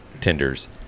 tenders